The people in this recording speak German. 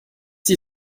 die